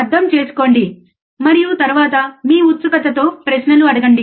అర్థం చేసుకోండి మరియు తరువాత మీ ఉత్సుకతతో ప్రశ్నలు అడగండి